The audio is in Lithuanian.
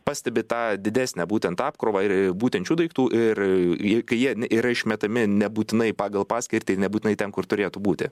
pastebit tą didesnę būtent apkrovą ir ir būtent šių daiktų ir ji kai jie yra išmetami nebūtinai pagal paskirtį nebūtinai ten kur turėtų būti